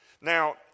Now